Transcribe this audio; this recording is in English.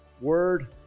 word